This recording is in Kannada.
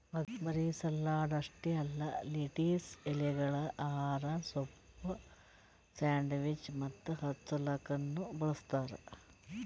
ಬರೀ ಸಲಾಡ್ ಅಷ್ಟೆ ಅಲ್ಲಾ ಲೆಟಿಸ್ ಎಲೆಗೊಳ್ ಆಹಾರ, ಸೂಪ್, ಸ್ಯಾಂಡ್ವಿಚ್ ಮತ್ತ ಹಚ್ಚಲುಕನು ಬಳ್ಸತಾರ್